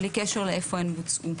בלי קשר להיכן בוצעו.